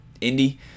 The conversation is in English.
Indy